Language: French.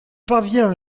parvient